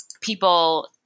people